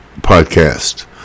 podcast